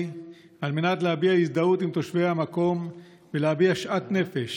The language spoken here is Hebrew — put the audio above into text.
על מנת להביע הזדהות עם תושבי המקום ולהביע שאט נפש